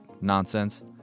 nonsense